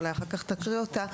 אולי אחר כך תקריא אותה,